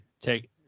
Take